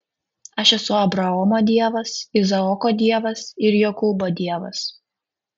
aš esu abraomo dievas izaoko dievas ir jokūbo dievas